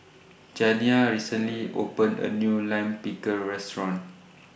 Janiyah recently opened A New Lime Pickle Restaurant